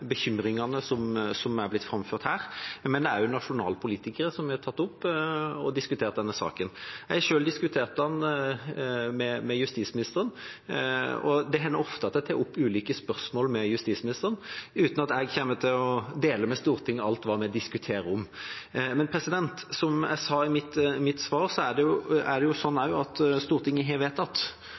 bekymringene som er blitt framført her, men det er også nasjonale politikere som har tatt opp og diskutert denne saken. Jeg har selv diskutert den med justisministeren. Det hender ofte at jeg tar opp ulike spørsmål med justisministeren, uten at jeg kommer til å dele med Stortinget alt vi diskuterer. Men som jeg sa i mitt svar, har Stortinget også vedtatt at justisministeren ikke skal gripe inn i enkeltsaker, nettopp fordi det